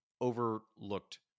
overlooked